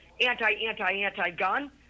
anti-anti-anti-gun